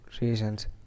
reasons